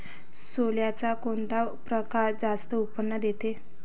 सोल्याचा कोनता परकार जास्त उत्पन्न देते?